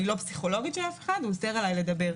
לא פסיכולוגית של אף אחד ואוסר עליי לדבר.